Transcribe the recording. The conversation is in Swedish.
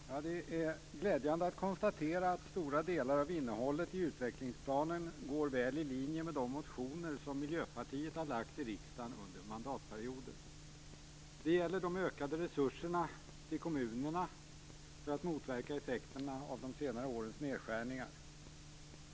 Herr talman! Det är glädjande att konstatera att stora delar av innehållet i utvecklingsplanen går väl i linje med de motioner som Miljöpartiet har väckt i riksdagen under mandatperioden. Det gäller de ökade resurserna till kommunerna för att motverka effekterna av de senare årens nedskärningar.